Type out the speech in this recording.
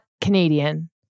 Canadian